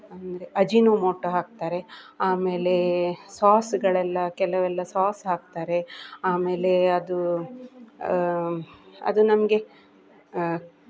ಅಂದರೆ ಅಜಿನೋಮೋಟೋ ಹಾಕ್ತಾರೆ ಆಮೇಲೆ ಸೋಸ್ಗಳೆಲ್ಲ ಕೆಲವೆಲ್ಲ ಸೋಸ್ ಹಾಕ್ತಾರೆ ಆಮೇಲೆ ಅದು ಅದು ನಮಗೆ